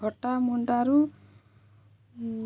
ଭଟା ମୁଣ୍ଡାରୁ